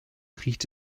riecht